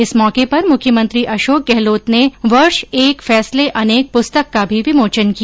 इस मौके पर मुख्यमंत्री अशोक गहलोत ने वर्ष एक फैसले अनेक पुस्तक का भी विमोचन किया